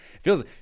feels